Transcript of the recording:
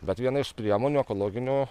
bet viena iš priemonių ekologinių